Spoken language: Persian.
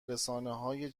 رسانههای